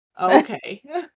Okay